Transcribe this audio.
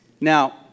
Now